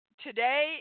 today